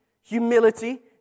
humility